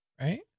right